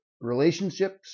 relationships